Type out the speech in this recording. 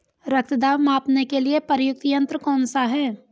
रक्त दाब मापने के लिए प्रयुक्त यंत्र कौन सा है?